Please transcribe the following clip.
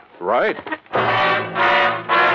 Right